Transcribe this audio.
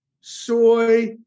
soy